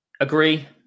agree